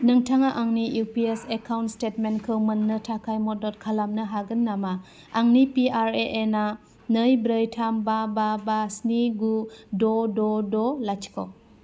नोंथाङा आंनि इउपिएस एकाउन्ट स्टेटमेन्टखौ मोननो थाखाय मदद खालामनो हागोन नामा आंनि पिआरएएन आ नै ब्रै थाम बा बा बा स्नि गु द' द' द' लाथिख'